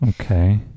Okay